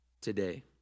today